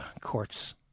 courts